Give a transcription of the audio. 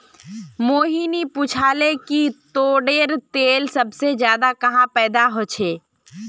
मोहिनी पूछाले कि ताडेर तेल सबसे ज्यादा कुहाँ पैदा ह छे